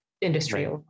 industry